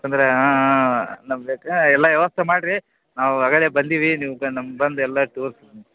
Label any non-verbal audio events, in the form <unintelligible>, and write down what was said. ಯಾಕಂದರೆ ನಮ್ಮ <unintelligible> ಎಲ್ಲ ವ್ಯವಸ್ಥೆ ಮಾಡಿರಿ ನಾವು ಅಗಳೇ ಬಂದೀವಿ ನೀವ್ಗಳು ನಮ್ಗೆ ಬಂದು ಎಲ್ಲ ತೋರ್ಸಿ